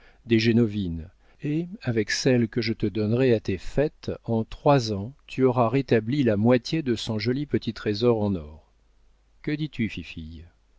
des génovines et avec celles que je te donnerai à tes fêtes en trois ans tu auras rétabli la moitié de ton joli petit trésor en or que dis-tu fifille